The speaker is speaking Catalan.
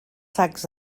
sacs